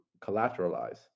collateralize